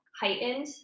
heightened